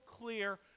clear